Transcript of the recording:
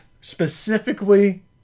specifically